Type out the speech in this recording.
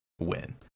win